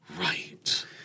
Right